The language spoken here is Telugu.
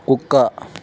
కుక్క